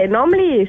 Normally